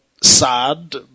Sad